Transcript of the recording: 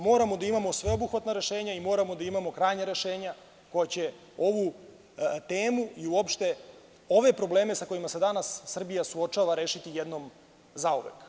Moramo da imamo sveobuhvatna rešenja i moramo da imamo krajnja rešenja koja će ovu temu i uopšte ove probleme sa kojima se danas Srbija suočava rešiti jednom zauvek.